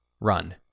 run